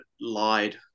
lied